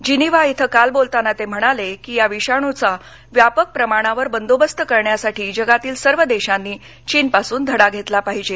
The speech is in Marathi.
जिनीव्हा इथं काल बोलताना ते म्हणाले की या विषाणूचा व्यापक प्रमाणावर बंदोबस्त करण्यासाठी जगातील सर्व देशांनी चीनपासून धडा घेतला पाहिजे